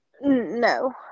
No